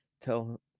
tell